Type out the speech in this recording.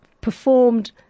performed